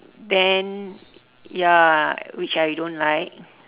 then ya which I don't like